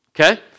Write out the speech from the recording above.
Okay